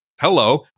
Hello